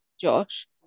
Josh